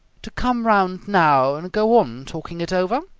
to come round now and go on talking it over?